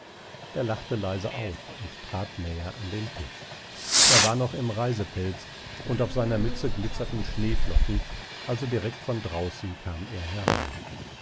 er lachte leise auf und trat näher an den tisch er war noch im reisepelz und auf seiner mütze glitzerten schneeflocken also direkt von draußen kam er herein